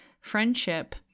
friendship